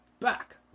back